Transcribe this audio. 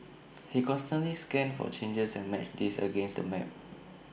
he constantly scanned for changes and matched these against the map